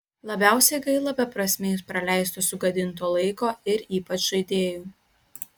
labiausiai gaila beprasmiai praleisto sugadinto laiko ir ypač žaidėjų